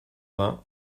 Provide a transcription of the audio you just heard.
vingts